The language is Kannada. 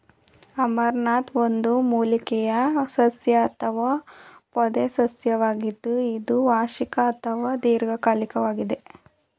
ಅಮರಂಥ್ ಒಂದು ಮೂಲಿಕೆಯ ಸಸ್ಯ ಅಥವಾ ಪೊದೆಸಸ್ಯವಾಗಿದ್ದು ಇದು ವಾರ್ಷಿಕ ಅಥವಾ ದೀರ್ಘಕಾಲಿಕ್ವಾಗಿದೆ